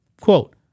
Quote